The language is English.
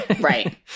Right